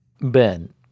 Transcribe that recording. Ben